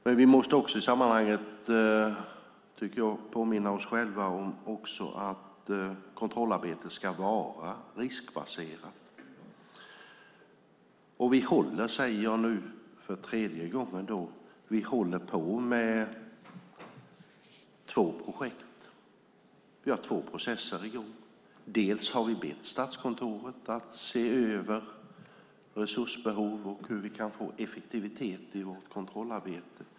Men vi måste i sammanhanget också påminna oss själva om att kontrollarbetet ska vara riskbaserat. För tredje gången säger jag nu att vi håller på med två projekt. Vi har två processer i gång. Vi har bett Statskontoret att se över resursbehov och hur vi kan få effektivitet i vårt kontrollarbete.